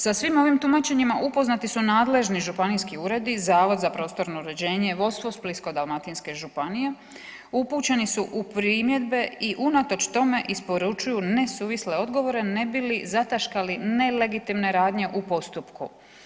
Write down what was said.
Sa svim ovim tumačenjima, upoznati su nadležni županijski ured, Zavod za prostorno uređenje, vodstvo Splitsko-dalmatinske županije, upućeni su u primjedbe i unatoč tome, isporučuju nesuvisle odgovore ne bili zataškali nelegitimne radnje u postupku.